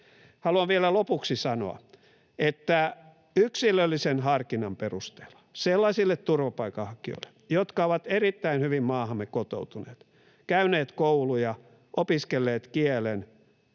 Haluan vielä lopuksi sanoa, että yksilöllisen harkinnan perusteella sellaisille turvapaikanhakijoille, jotka ovat erittäin hyvin maahamme kotoutuneet, käyneet kouluja, opiskelleet kielen,